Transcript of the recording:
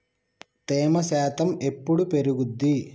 తేమ శాతం ఎప్పుడు పెరుగుద్ది?